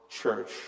church